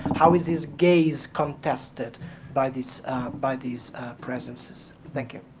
how is his gaze contested by these by these presences? thank you.